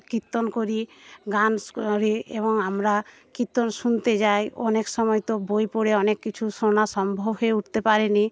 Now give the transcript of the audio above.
কীর্তন করি গান করি এবং আমরা কীর্তন শুনতে যাই অনেক সময়তো বই পড়ে অনেক কিছু শোনা সম্ভব হয়ে উঠতে পারেনি